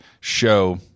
show